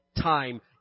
time